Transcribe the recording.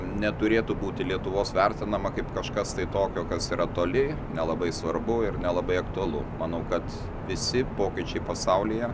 neturėtų būti lietuvos vertinama kaip kažkas tai tokio kas yra toli nelabai svarbu ir nelabai aktualu manau kad visi pokyčiai pasaulyje